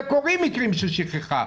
וקורים מקרים של שכחה.